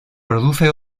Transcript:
produce